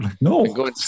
No